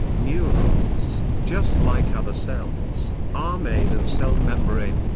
neurons, just like other cells, are made of cell membrane,